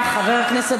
חבר הכנסת